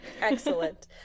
excellent